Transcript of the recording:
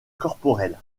corporelle